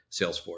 Salesforce